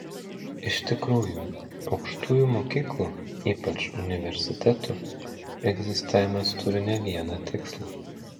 iš tikrųjų aukštųjų mokyklų ypač universitetų egzistavimas turi ne vieną tikslą